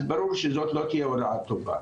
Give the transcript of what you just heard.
אז ברור שזאת לא תהיה הוראה טובה,